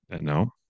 No